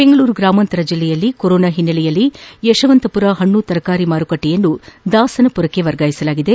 ಬೆಂಗಳೂರು ಗ್ರಾಮಾಂತರ ಜಿಲ್ಲೆಯಲ್ಲಿ ಕೊರೋನಾ ಹಿನ್ನೆಲೆಯಲ್ಲಿ ಯಶವಂತಪುರ ಪಣ್ಣ ತರಕಾರಿ ಮಾರುಕಟ್ಷೆಯನ್ನು ದಾಸನಪುರಕ್ಕೆ ವರ್ಗಾಯಿಸಲಾಗಿದೆ